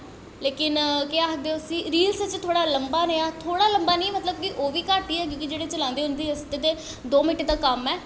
लेकिन केह् आखदे उसी रील्स च लम्बा थोह्ड़ा लम्बा नी मतलव ओह् बी घट्ट ई ऐ क्योंकि जेह्ड़े चलांदे उंदै आस्तै ते दो मिन्ट दा कम्म ऐ